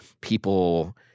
people